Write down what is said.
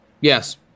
Yes